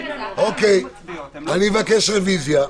אני מבקש רביזיה.